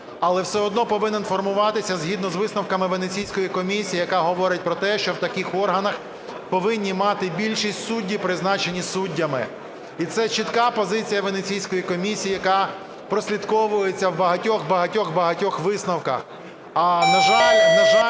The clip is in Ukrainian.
але все одно повинен формуватися згідно з висновками Венеційської комісії, яка говорить про те, що в таких органах повинні мати більшість судді, призначені суддями. І це чітка позиція Венеційської комісії, яка прослідковується в багатьох-багатьох-багатьох висновках.